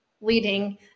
leading